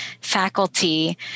faculty